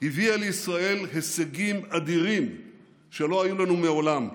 הביאה לישראל הישגים אדירים שלא היו לנו מעולם.